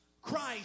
Christ